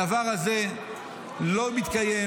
הדבר הזה לא מתקיים.